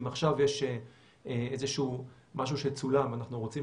אם עכשיו יש משהו שצולם ואנחנו רוצים